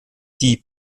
die